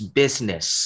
business